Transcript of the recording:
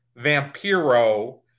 Vampiro